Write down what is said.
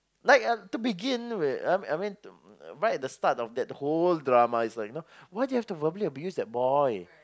like uh to begin with I I mean right at the start of the whole drama it's like you know why do you have to verbally abuse that boy